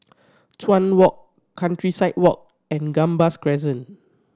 Chuan Walk Countryside Walk and Gambas Crescent